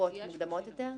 בתקופות מוקדמות יותר?